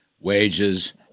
wages